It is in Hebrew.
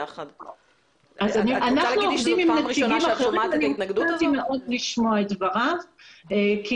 אנחנו עובדים עם הנציגים והתפלאתי מאוד לשמוע את דבריו כי